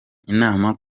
inama